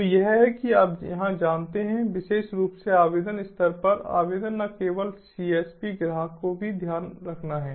तो यह है कि आप यहाँ जानते हैं विशेष रूप से आवेदन स्तर पर आवेदन न केवल सीएसपी ग्राहक को भी ध्यान रखना है